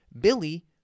Billy